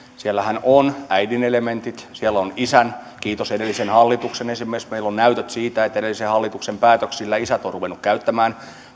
on äidin elementit siellä on isän kiitos edellisen hallituksen esimerkiksi meillä on näytöt siitä että edellisen hallituksen päätöksillä isät ovat ruvenneet käyttämään